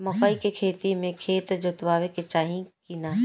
मकई के खेती मे खेत जोतावे के चाही किना?